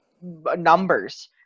numbers